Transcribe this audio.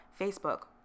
Facebook